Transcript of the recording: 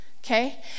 okay